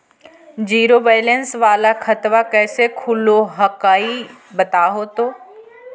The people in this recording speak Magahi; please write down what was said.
जीरो बैलेंस वाला खतवा कैसे खुलो हकाई बताहो तो?